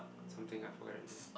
something I forget already